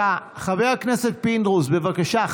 חבר הכנסת פינדרוס, בבקשה.